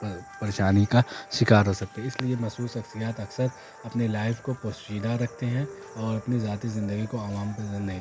پریشانی کا شکار ہو سکتا ہے اس لیے مشہور شخصیات اکثر اپنی لائف کو پوشیدہ رکھتے ہیں اور اپنی ذاتی زندگی کو عوام پہ ظاہر